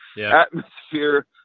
atmosphere